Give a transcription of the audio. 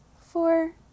four